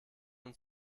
und